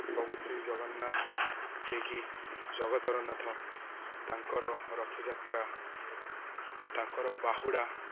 ପ୍ରଭୁ ଶ୍ରୀ ଜଗନ୍ନାଥ ଯିଏକି ଜଗତରନାଥ ତାଙ୍କର ରଥଯାତ୍ରା ତାଙ୍କର ବାହୁଡ଼ା